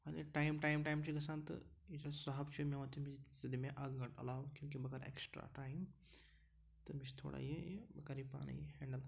وۄنۍ ییٚلہِ time time time چھُ گژھان تہٕ یُس زَن صحب چھُ میون تٔمِس ژٕ دِ مےٚ اکھ گٲنٛٹہٕ علاوٕ کیوںکہِ بہٕ کَرٕ ایٚکٕسٹرا ٹایِم تہٕ مےٚ چھُ تھوڑا یہِ یہِ بہٕ کَرٕ یہِ پانَے یہِ ہینٛڈٕل